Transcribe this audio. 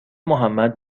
محمد